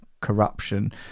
corruption